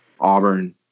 Auburn